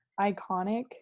iconic